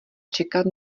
čekat